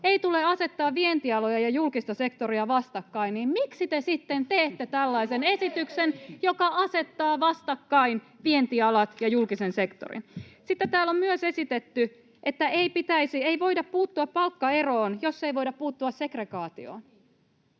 ei tule asettaa vientialoja ja julkista sektoria vastakkain, niin miksi te sitten teette tällaisen esityksen, joka asettaa vastakkain vientialat ja julkisen sektorin? Sitten täällä on myös esitetty, että ei pitäisi, ei voida puuttua palkkaeroon, jos ei voida puuttua segregaatioon.